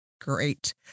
Great